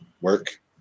work